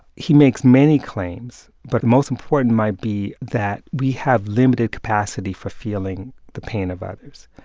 he makes many claims, but most important might be that we have limited capacity for feeling the pain of others.